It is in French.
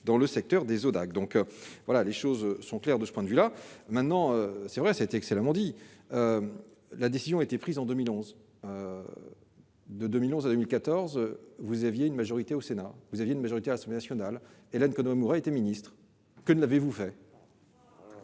dans le secteur des donc voilà les choses sont claires de ce point de vue là maintenant, c'est vrai, s'était excellemment dit la décision a été prise en 2011 de 2011 à 2014, vous aviez une majorité au Sénat, vous aviez une majorité absolue national Hélène Conway Mouret a été ministre, que ne l'avez-vous fait.